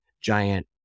giant